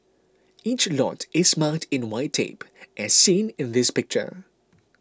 each lot is marked in white tape as seen in this picture